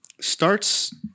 Starts